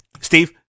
Steve